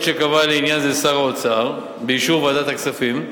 שקבע לעניין זה שר האוצר באישור ועדת הכספים,